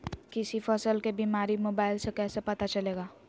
किसी फसल के बीमारी मोबाइल से कैसे पता चलेगा?